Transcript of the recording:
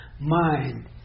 mind